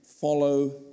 Follow